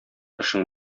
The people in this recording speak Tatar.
эшең